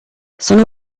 sono